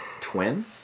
twin